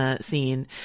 scene